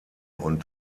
und